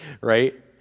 right